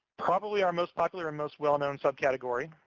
probably our most popular and most well-known subcategory,